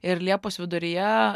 ir liepos viduryje